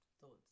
thoughts